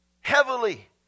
heavily